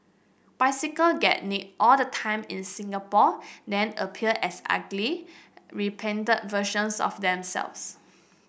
bicycle get nicked all the time in Singapore then appear as ugly repainted versions of themselves